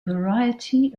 variety